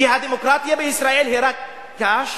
כי הדמוקרטיה בישראל היא רק קש,